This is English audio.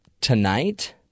tonight